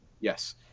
Yes